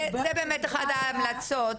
זו באמת אחת ההמלצות.